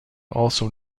also